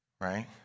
right